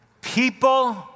People